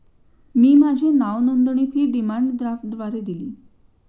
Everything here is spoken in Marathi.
मी माझी नावनोंदणी फी डिमांड ड्राफ्टद्वारे दिली